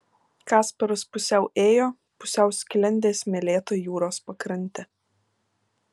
kasparas pusiau ėjo pusiau sklendė smėlėta jūros pakrante